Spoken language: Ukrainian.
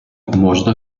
можна